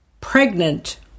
pregnant